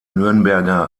nürnberger